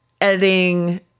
editing